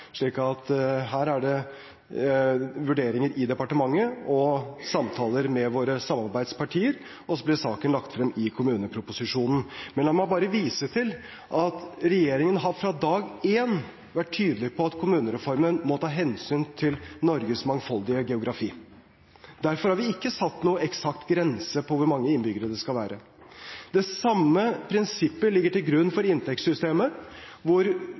her blir det vurderinger i departementet og samtaler med våre samarbeidspartier, og så blir saken lagt frem i kommuneproposisjonen. La meg bare vise til at regjeringen fra dag én har vært tydelig på at kommunereformen må ta hensyn til Norges mangfoldige geografi. Derfor har vi ikke satt noen eksakt grense på hvor mange innbyggere det skal være. Det samme prinsippet ligger til grunn for inntektssystemet, hvor